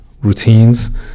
routines